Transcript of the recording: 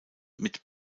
mit